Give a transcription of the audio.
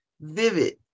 Vivid